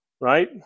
right